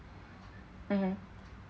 mmhmm